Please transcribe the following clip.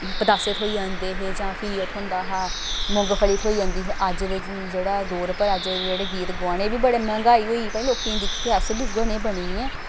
पतासे थ्होई जंदे हे जां फ्ही ओह् थ्होंदा हा मुंगफली थ्होई जंदी ही अज्ज दे जेह्ड़ा दौर पर अज्ज जेह्ड़े गीत गोआने बी बड़े मंगाही होई दी भाई लोकें दिक्खियै अस बी उ'यै नेह् बनी गे